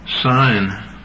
sign